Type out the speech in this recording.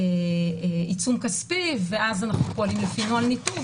עיצום כספי ואז אנחנו פועלים לפי נוהל ניתוב,